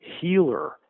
healer